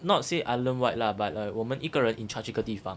not say islandwide lah but like 我们一个人 in charge 一个地方